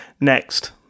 Next